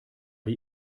die